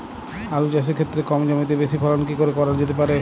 আলু চাষের ক্ষেত্রে কম জমিতে বেশি ফলন কি করে করা যেতে পারে?